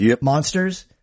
monsters